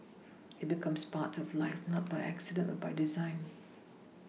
it becomes part of life not by accident but by design